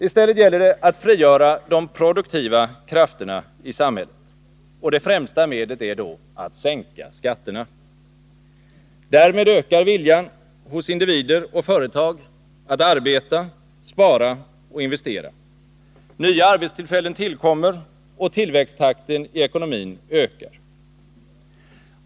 I stället gäller det att frigöra de produktiva krafterna i samhället. Det främsta medlet är då att sänka skatterna. Därmed ökar viljan hos individer och företag att arbeta, spara och investera. Nya arbetstillfällen tillkommer och tillväxttakten i ekonomin ökar.